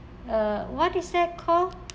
uh what is that call